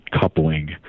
coupling